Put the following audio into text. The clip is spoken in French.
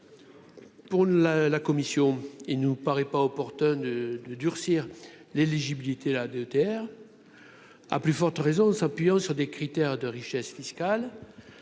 pour la la commission, il nous paraît pas opportun de durcir l'éligibilité, la DETR, à plus forte raison s'appuyant sur des critères de richesse fiscale